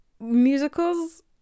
musicals